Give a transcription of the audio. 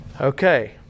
Okay